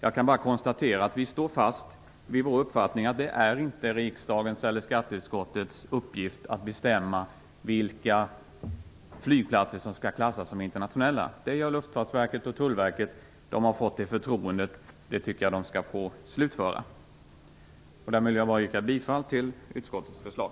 Jag konstaterar bara att vi står fast vid vår uppfattning att det inte är riksdagens eller skatteutskottets uppgift att bestämma vilka flygplatser som skall klassas som internationella. Det gör Luftfartsverket och Tullverket. De har fått det förtroendet. Jag tycker att de skall få slutföra detta. Därmed vill jag yrka bifall till utskottets förslag.